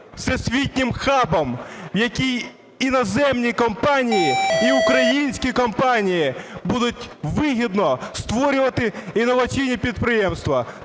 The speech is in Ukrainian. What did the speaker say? всесвітнім хабом, в якому іноземні компанії і українські компанії будуть вигідно створювати інноваційні підприємства.